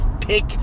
pick